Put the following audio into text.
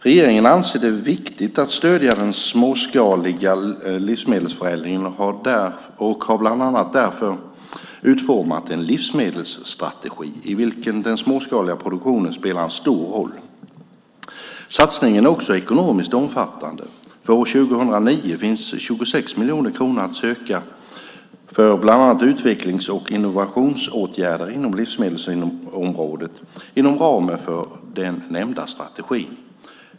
Regeringen anser det viktigt att stödja den småskaliga livsmedelsförädlingen och har bland annat därför utformat en livsmedelsstrategi i vilken den småskaliga produktionen spelar en stor roll. Satsningen är också ekonomiskt omfattande. För år 2009 finns 26 miljoner kronor att söka för bland annat utvecklings och innovationsåtgärder inom livsmedelsområdet, inom ramen för den nämnda strategin.